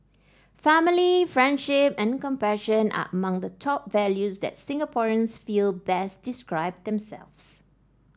family friendship and compassion are among the top values that Singaporeans feel best describe themselves